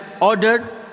ordered